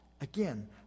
Again